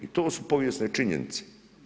I to su povijesne činjenice.